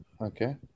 Okay